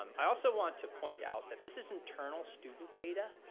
um i also want to point out that this is internal student data,